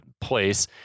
place